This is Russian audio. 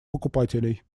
покупателей